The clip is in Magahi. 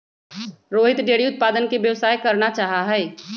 रोहित डेयरी उत्पादन के व्यवसाय करना चाहा हई